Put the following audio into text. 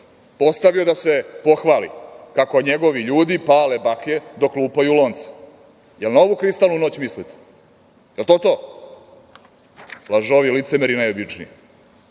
postavio da se pohvali kako njegovi ljudi pale baklje dok lupaju lonce. Da li na ovu kristalnu noć mislite? Da li je to to, lažovi i licemeri najobičniji?I